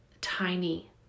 tiny